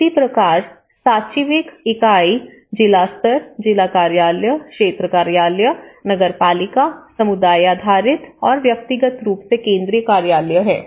इसी प्रकार साचिविक इकाई जिला स्तर जिला कार्यालय क्षेत्र कार्यालय नगरपालिका समुदाय आधारित और व्यक्तिगत रूप से केंद्रीय कार्यालय है